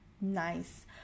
nice